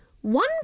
One